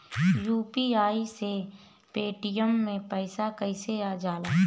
UPI से Paytm मे पैसा कइसे जाला?